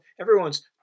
everyone's